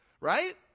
Right